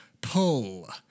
pull